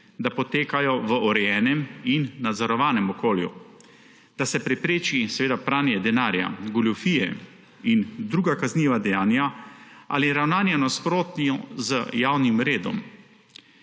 da potekajo v urejenem in nadzorovanem okolju, da se prepreči pranje denarja, goljufije in druga kazniva dejanja ali ravnanje v nasprotju z javnim redom,